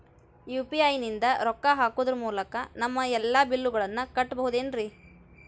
UPI ನಿಂದ ರೊಕ್ಕ ಹಾಕೋದರ ಮೂಲಕ ನಮ್ಮ ಎಲ್ಲ ಬಿಲ್ಲುಗಳನ್ನ ಕಟ್ಟಬಹುದೇನ್ರಿ?